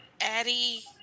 Addie